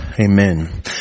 amen